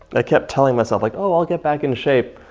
i kept telling myself like, oh, i'll get back in shape.